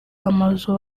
amazu